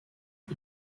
est